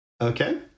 Okay